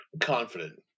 confident